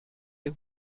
der